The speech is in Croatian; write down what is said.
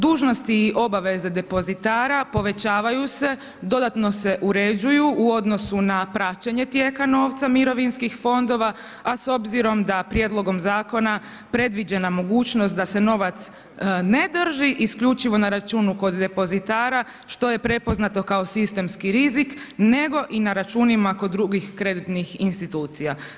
Dužnosti i obaveze depozitara povećavaju se, dodatno se uređuju u odnosu na praćenje tijeka novca mirovinskih fondova a s obzirom da prijedlogom zakona predviđena je mogućnost da se novac ne drži isključivo na računu kod depozitara što je prepoznato kao sistemski rizik, nego i na računima kod drugih kreditnih institucija.